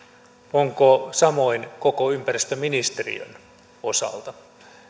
onko samoin koko ympäristöministeriön osalta